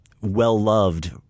well-loved